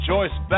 Joyce